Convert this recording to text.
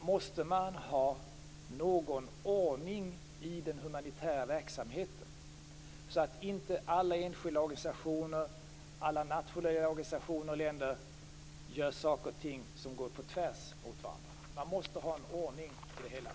måste man ha någon ordning i den humanitära verksamheten, så att inte alla enskilda organisationer, alla nationella organisationer och alla länder gör saker och ting som går på tvärs mot varandra. Man måste ha en ordning i det hela.